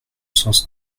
sens